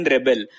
Rebel